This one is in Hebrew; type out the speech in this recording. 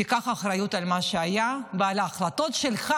תיקח אחריות למה שהיה ולהחלטות שלך